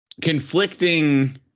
conflicting